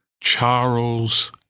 Charles